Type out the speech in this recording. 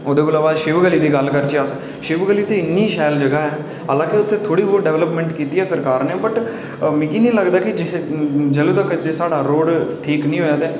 ओह्दे कोला बाद शिव गली दी गल्ल करचै अस शिव गली ते इन्नी शैल जगह् ऐ हालांकि उत्थै थोह्ड़ी बोह्त डैवलापमैंट कीती ऐ सरकार ने बट्ट मिगी नीं लगदा ऐ कि जदूं तक साढ़ा रोड़ नीं ठीक होआ कि